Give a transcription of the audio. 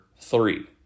three